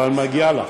אבל מגיע לך,